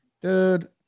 dude